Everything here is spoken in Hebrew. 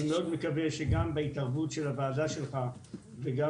אני מקווה מאוד שגם בהתערבות של הוועדה שלך וגם